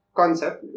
concept